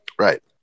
Right